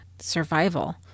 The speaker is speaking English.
survival